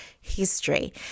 history